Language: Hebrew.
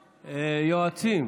החוק, יועצים,